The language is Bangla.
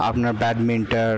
আপনার ব্যাডমিন্টন